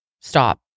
stop